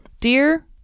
Dear